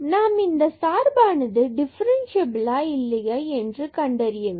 நாம் இந்த சார்பானது டிஃபரண்சியபிலா இல்லையா என்று கண்டறிய வேண்டும்